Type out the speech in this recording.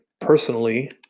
personally